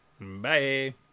bye